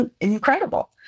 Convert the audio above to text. incredible